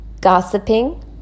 gossiping